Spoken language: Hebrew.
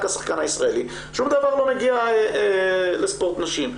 השחקן הישראלי שום דבר לא מגיע לספורט נשים.